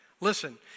listen